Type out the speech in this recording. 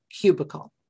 cubicle